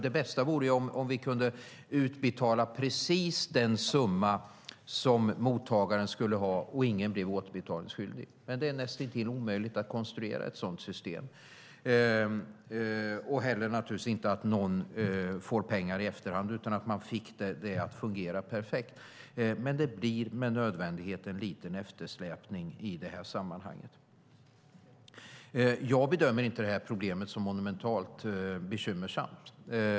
Det bäste vore ju om vi kunde utbetala precis den summa som mottagaren skulle ha och ingen blev återbetalningsskyldig. Inte heller skulle någon få pengar i efterhand, utan det skulle fungera perfekt. Men det är näst intill omöjligt att konstruera ett sådant system, och det blir med nödvändighet en liten eftersläpning i det här sammanhanget. Jag bedömer inte problemet som monumentalt bekymmersamt.